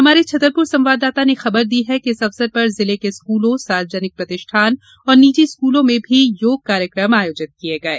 हमारे छतरपुर संवाददाता ने खबर दी है कि इस अवसर पर जिले के स्कूलों सार्वजनिक प्रतिष्ठान और निजी स्कूलों में भी योग कार्यक्रम आयोजित किये गये हैं